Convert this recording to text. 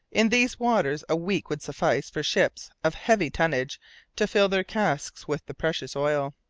in these waters a week would suffice for ships of heavy tonnage to fill their casks with the precious oil.